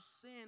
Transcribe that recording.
sin